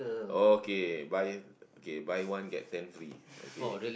okay buy okay buy one get ten free okay